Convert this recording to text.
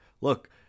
look